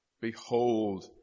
Behold